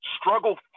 Struggle